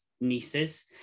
nieces